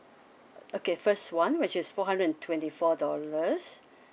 okay first one which is four hundred and twenty four dollars